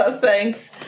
Thanks